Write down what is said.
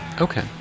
Okay